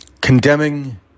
condemning